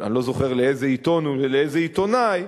אני לא זוכר לאיזה עיתון ולאיזה עיתונאי,